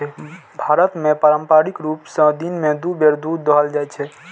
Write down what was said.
भारत मे पारंपरिक रूप सं दिन मे दू बेर दूध दुहल जाइ छै